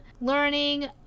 learning